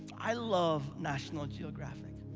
i love national geographic.